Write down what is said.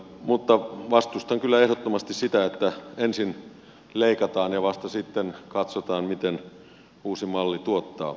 mutta vastustan kyllä ehdottomasti sitä että ensin leikataan ja vasta sitten katsotaan miten uusi malli tuottaa